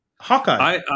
Hawkeye